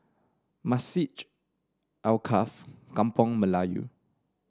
Masjid Alkaff Kampung Melayu